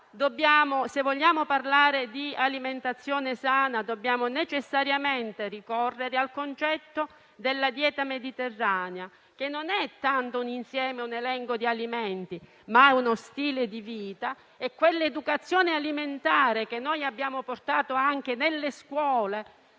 se vogliamo parlare di alimentazione sana, dobbiamo necessariamente ricorrere al concetto della dieta mediterranea, che non è tanto un insieme e un elenco di alimenti, ma è uno stile di vita. Quell'educazione alimentare che noi abbiamo portato anche nelle scuole,